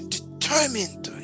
Determined